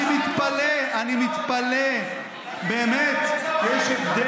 אני מתפלא, מה זה שונה?